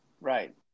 Right